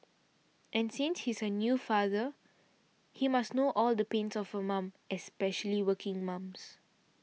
and since he's a new father he must know all the pains of a mum especially working mums